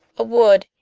a wood,